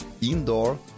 indoor